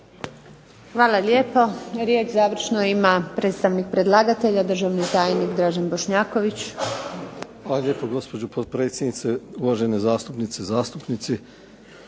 Hvala lijepo. Riječ završnu ima predstavnik predlagatelja, državni tajnik Dražen Bošnjaković. **Bošnjaković, Dražen (HDZ)** Hvala lijepo gospođo potpredsjednice, uvažene zastupnice i zastupnici.